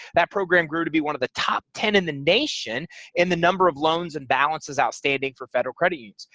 that program grew to be one of the top ten in the nation in the number of loans and balances outstanding for federal credit unions.